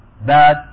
Bad